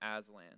Aslan